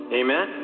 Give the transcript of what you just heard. amen